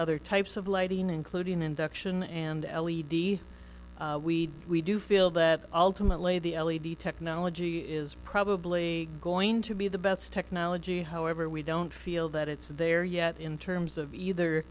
other types of lighting including induction and l e d we we do feel that ultimately the technology is probably going to be the best technology however we don't feel that it's there yet in terms of either